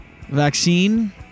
vaccine